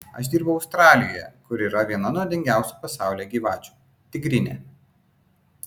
aš dirbau australijoje kur yra viena nuodingiausių pasaulyje gyvačių tigrinė